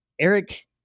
eric